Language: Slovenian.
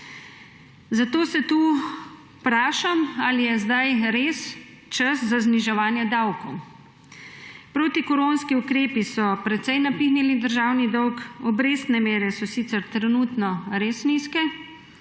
se tu vprašam, ali je zdaj res čas za zniževanje davkov. Protikoronski ukrepi so precej napihnili državni dolg, obrestne mere so sicer trenutno res nizke,